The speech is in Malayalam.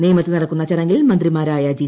നേമത്ത് സ്റ്റ്ട്ക്കുന്ന ചടങ്ങിൽ മന്ത്രിമാരായ ജി